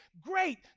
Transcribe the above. Great